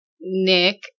Nick